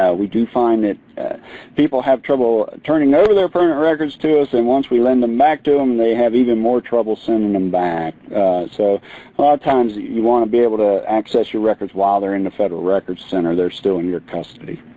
we do find that people have trouble turning over their current records to us and once we lend them back to us, they have even more trouble sending them back so a lot of times you want to be able to access your records while they're in the federal records center. they're still in your custody.